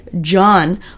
John